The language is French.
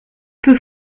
peut